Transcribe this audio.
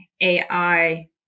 AI